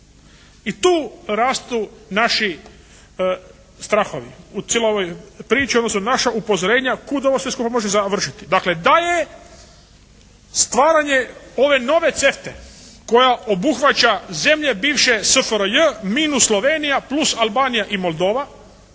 I tu rastu naši strahovi u cijeloj ovoj priči, odnosno naša upozorenja kud ovo sve skoro može završiti. Dakle da je stvaranje ove nove CEFTA-e koja obuhvaća zemlje bivše SFRJ minus Slovenija plus Albanija i Moldova,